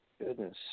Goodness